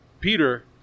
Peter